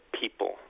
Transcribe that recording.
people